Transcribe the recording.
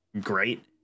great